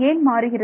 ஏன் மாறுகிறது